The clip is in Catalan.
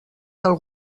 del